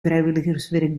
vrijwilligerswerk